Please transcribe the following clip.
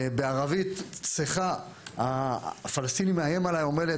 בערבית צחה הפלסטיני מאיים עליי ואומר לי,